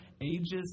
ages